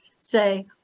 say